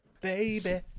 Baby